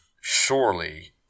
Surely